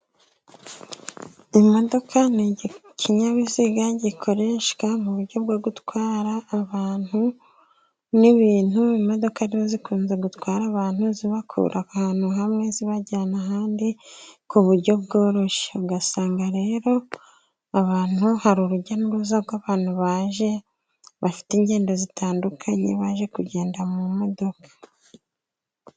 Imodoka ni ikinyabiziga gikoreshwa mu buryo bwo gutwara abantu n'ibintu. Imodoka rero zikunze gutwara abantu zibakura ahantu hamwe zibajyana ahandi ku buryo bworoshye, ugasanga rero abantu ari urujya n'uruza rw'abantu baje bafite ingendo zitandukanye, baje kugenda mu modoka.